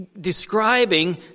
describing